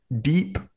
deep